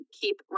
keep